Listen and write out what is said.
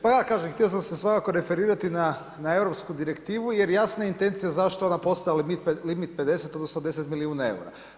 Pa ja kažem, htio sam se svakako referirati na europsku direktivu, jer jasnije intencija, zašto je ona postala limit 50, odnosno 10 milijuna eura.